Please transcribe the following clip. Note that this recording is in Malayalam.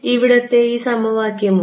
ഇവിടത്തെ ഈ സമവാക്യമോ